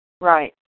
Right